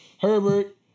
Herbert